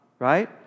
right